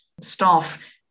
staff